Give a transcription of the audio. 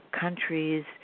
countries